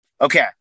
Okay